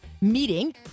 meeting